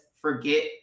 forget